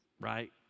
right